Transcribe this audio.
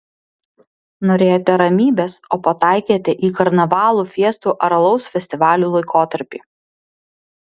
norėjote ramybės o pataikėte į karnavalų fiestų ar alaus festivalių laikotarpį